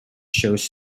shows